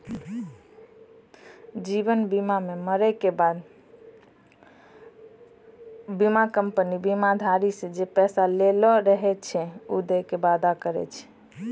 जीवन बीमा मे मरै के बाद बीमा कंपनी बीमाधारी से जे पैसा लेलो रहै छै उ दै के वादा करै छै